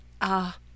Ah